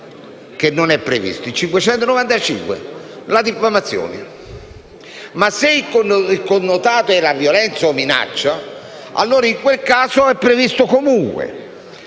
del codice penale: il reato di diffamazione. Ma se il connotato è la violenza o la minaccia, allora in quel caso è previsto comunque.